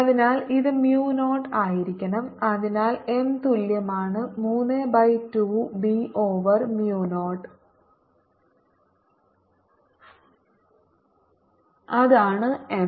അതിനാൽ ഇത് mu 0 ആയിരിക്കണം അതിനാൽ M തുല്യമാണ് 32 B ഓവർ mu 0 അതാണ് എം